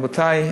רבותי,